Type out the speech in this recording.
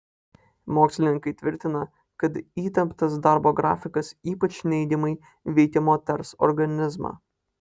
mokslininkai tvirtina kad įtemptas darbo grafikas ypač neigiamai veikia moters organizmą